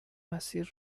مسیر